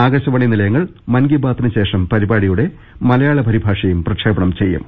ആകാശവാണി നിലയങ്ങൾ മൻകിബാത്തിനുശേഷം പരിപാടിയുടെ മല യാള പരിഭാഷയും പ്രക്ഷേപണം ചെയ്യും